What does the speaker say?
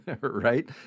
right